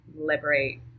liberate